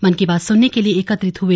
मन की बात सुनने के लिए एकत्रित हुए